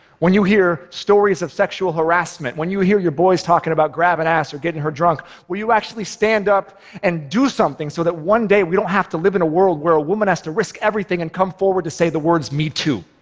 when you hear stories of sexual harassment? when you hear your boys talking about grabbing ass or getting her drunk, will you actually stand up and do something so that one day we don't have to live in a world where a woman has to risk everything and come forward to say the words me too?